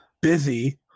busy